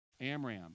Amram